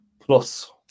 plus